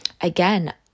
again